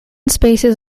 spaces